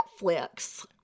netflix